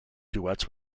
duets